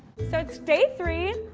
so it's day three,